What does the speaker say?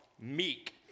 meek